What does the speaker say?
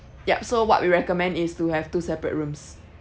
yup so what we recommend is to have two separate rooms